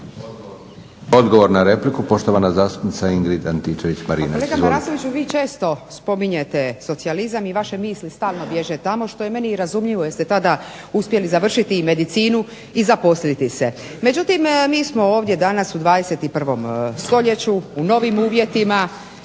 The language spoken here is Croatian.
Odgovor na repliku, poštovana zastupnica Ingrid Antičević-Marinović.